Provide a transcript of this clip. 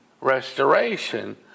restoration